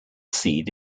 seed